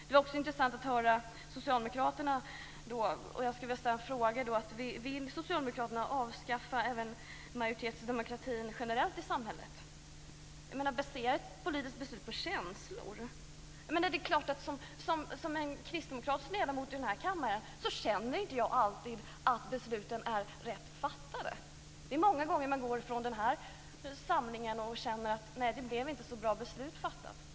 Det är också intressant att höra socialdemokraterna, och jag skulle vilja ställa en fråga till dem. Vill socialdemokraterna avskaffa majoritetsdemokratin även generellt i samhället? Man baserar ett politiskt beslut på känslor. Som kristdemokratisk ledamot i den här kammaren känner jag inte alltid att besluten är rätt fattade. Det är många gånger man går från den här församlingen och känner att nej, det blev inte ett så bra beslut fattat.